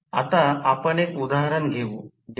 म्हणजे Vi cos W समान संबंध आहे